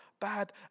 Bad